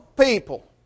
people